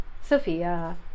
Sophia